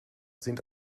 sind